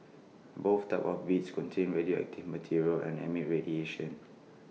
both types of beads contain radioactive material and emit radiation